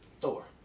Thor